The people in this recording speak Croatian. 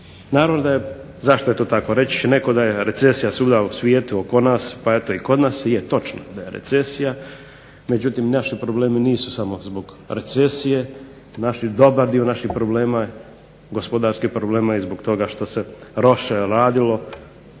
Naravno da je, zašto je to tako? Reći će netko da je recesija svuda u svijetu oko nas, pa eto i kod nas. I je točno je da je recesija, međutim naši problemi nisu samo zbog recesije. Dobar dio naših problema, gospodarskih problema je i zbog toga što se loše radilo